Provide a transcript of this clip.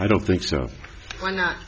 i don't think so why not